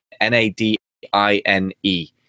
n-a-d-i-n-e